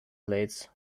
plates